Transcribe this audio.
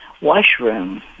washroom